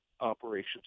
operations